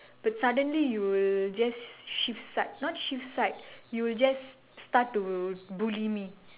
but suddenly you will just shift side not shift side you'll just start to bully me